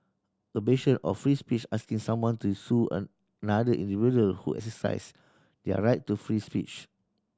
a bastion of free speech asking someone to sue another individual who exercise their right to free speech